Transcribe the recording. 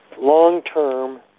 long-term